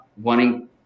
wanting –